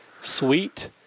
sweet